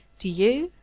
to you,